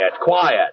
quiet